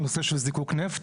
לנושא של זיקוק נפט.